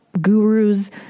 gurus